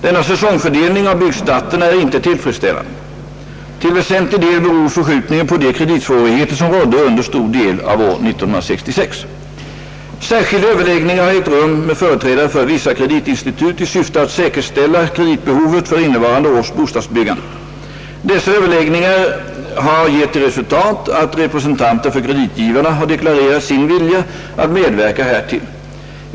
Denna säsongfördelning av byggstarterna är inte tillfredsställande. Till väsentlig del beror förskjutningen på de kreditsvårigheter som rådde under en stor del av år 1966. Särskilda överläggningar har ägt rum med företrädare för vissa kreditinstitut i syfte att säkerställa kreditbehovet för innevarande års bostadsbyggande. Dessa överläggningar har gett till resultat att representanter för kreditgivarna har deklarerat sin vilja att medverka härtill.